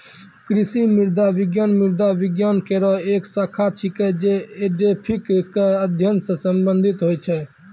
कृषि मृदा विज्ञान मृदा विज्ञान केरो एक शाखा छिकै, जे एडेफिक क अध्ययन सें संबंधित होय छै